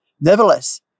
Nevertheless